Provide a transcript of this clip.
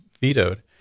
vetoed